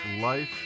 life